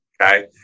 okay